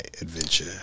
adventure